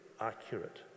accurate